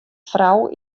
frou